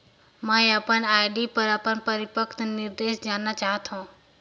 मैं अपन आर.डी पर अपन परिपक्वता निर्देश जानना चाहत हों